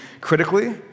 critically